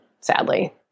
sadly